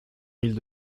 mille